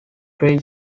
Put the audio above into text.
three